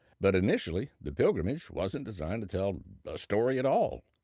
but initially, the pilgrimage wasn't designed to tell a story at all.